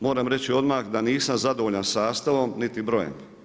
Moram reći odmah da nisam zadovoljan sastavom niti brojem.